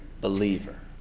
believer